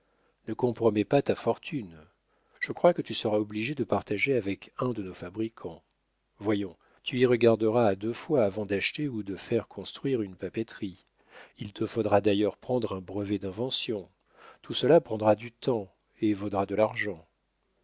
ne compromets pas ta fortune je crois que tu seras obligé de partager avec un de nos fabricants voyons tu y regarderas à deux fois avant d'acheter ou de faire construire une papeterie il te faudra d'ailleurs prendre un brevet d'invention tout cela prendra du temps et voudra de l'argent